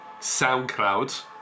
SoundCloud